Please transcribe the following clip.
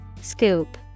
Scoop